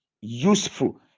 useful